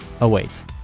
awaits